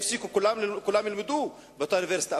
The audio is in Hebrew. כולם ילמדו באותה אוניברסיטה,